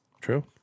True